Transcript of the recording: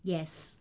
yes